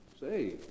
Say